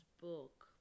book